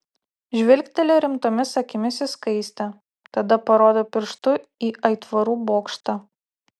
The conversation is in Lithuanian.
žvilgteli rimtomis akimis į skaistę tada parodo pirštu į aitvarų bokštą